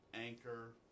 Anchor